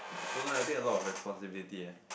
don't know eh I think a lot of responsibility eh